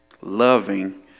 loving